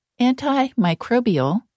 antimicrobial